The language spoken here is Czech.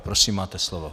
Prosím, máte slovo.